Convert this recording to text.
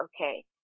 Okay